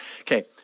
Okay